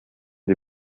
die